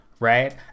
Right